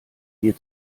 wir